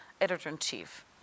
editor-in-chief